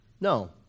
No